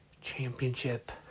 Championship